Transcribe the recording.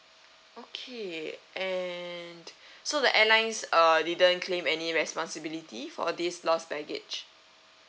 okay and so the airlines uh didn't claim any responsibility for this lost baggage